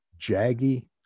jaggy